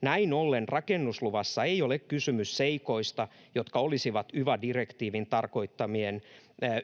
Näin ollen rakennusluvassa ei ole kysymys seikoista, jotka olisivat yva-direktiivin tarkoittamien